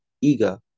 eager